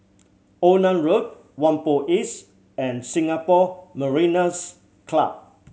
Onan Road Whampoa East and Singapore Mariners' Club